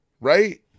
Right